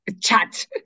chat